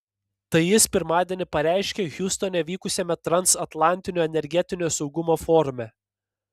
tai jis pirmadienį pareiškė hjustone vykusiame transatlantinio energetinio saugumo forume